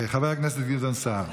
חבר הכנסת גדעון סער,